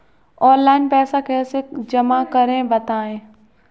Online पैसा कैसे जमा करें बताएँ?